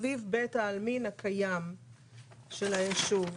סביב בית העלמין הקיים של היישוב.